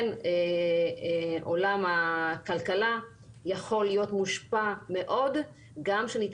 עולם הכלכלה יכול להיות מושפע מאוד גם כשהוא